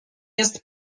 jest